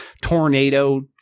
tornado